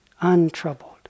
untroubled